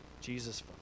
Jesus